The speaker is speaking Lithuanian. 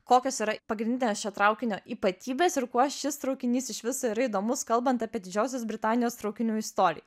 kokios yra pagrindinės šio traukinio ypatybės ir kuo šis traukinys iš viso yra įdomus kalbant apie didžiosios britanijos traukinių istoriją